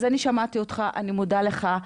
אז אני שמעתי אותך, אני מודה לך.